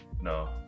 No